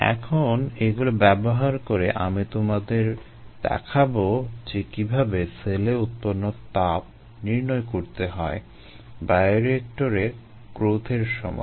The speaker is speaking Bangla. এখন এগুলো ব্যবহার করে আমি তোমাদের দেখাবো যে কীভাবে সেলে উৎপন্ন তাপ নির্ণয় করতে হয় বায়োরিয়েক্টরে গ্রোথ এর সময়